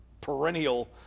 perennial